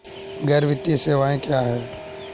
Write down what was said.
गैर वित्तीय सेवाएं क्या हैं?